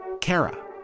Kara